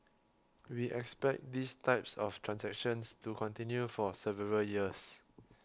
we expect these types of transactions to continue for several years